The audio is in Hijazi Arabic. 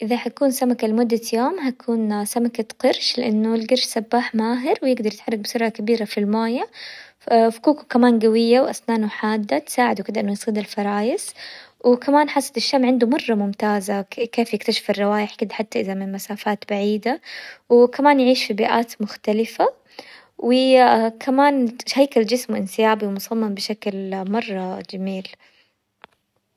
اذا حتكون سمكة لمدة يوم حكون سمكة قرش، لانه القرش سباح ماهر ويقدر يتحرك بسرعة كبيرة في الموية، فكوكه كمان قوية واسنانه حادة تساعده كدا انه يصيد الفرايس، وكمان حاسة الشم عنده مرة ممتازة، كيف يكتشف الروايح حتى ازا من بعيدة، وكمان يعيش في بيئات مختلفة، كمان شيكل جسمه انسيابي ومصمم بشكل مرة جميل.